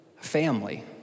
family